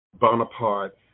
Bonaparte